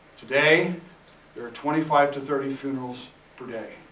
today there are twenty five to thirty funerals per day,